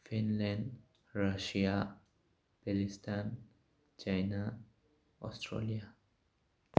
Finland Russia Palestine China Australia